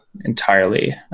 entirely